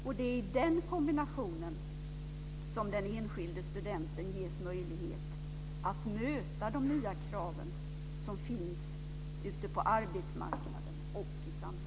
Och det är med den kombinationen som den enskilde studenten ges möjlighet att möta de nya kraven som finns ute på arbetsmarknaden och i samhället.